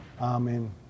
Amen